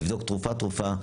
נבדוק תרופה תרופה.